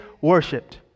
worshipped